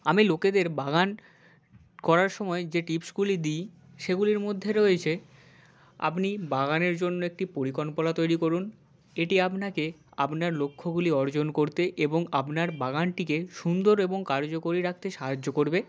আমি লোকেদের বাগান করার সময় যে টিপসগুলি দিই সেগুলির মধ্যে রয়েছে আপনি বাগানের জন্য একটি পরিকল্পনা তৈরি করুন এটি আপনাকে আপনার লক্ষ্যগুলি অর্জন করতে এবং আপনার বাগানটিকে সুন্দর এবং কার্যকরী রাখতে সাহায্য করবে